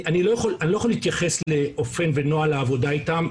אני לא יכול להתייחס לאופן ונוהל העבודה איתם,